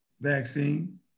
vaccine